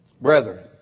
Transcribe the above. brethren